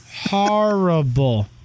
Horrible